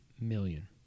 million